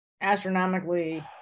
astronomically